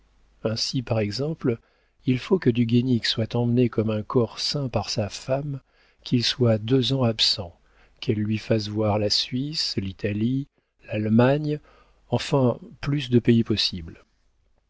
ainsi par exemple il faut que du guénic soit emmené comme un corps saint par sa femme qu'il soit deux ans absent qu'elle lui fasse voir la suisse l'italie l'allemagne enfin le plus de pays possible